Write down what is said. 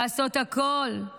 לעשות הכול כדי